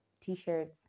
t-shirts